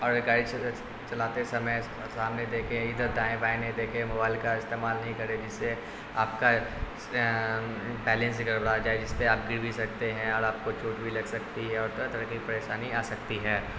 اور گاڑی چلاتے سمے سامنے دیکھیں ادھر دائیں بائیے نہیں دیکھے موبائل کا استعمال نہیں کریں جس سے آپ کا بیلنس گڑ بڑا جائے جس پہ آپ گر بھی سکتے ہیں اور آپ کو چوٹ بھی لگ سکتی ہے اور طرح طرح کی پریشانی آ سکتی ہے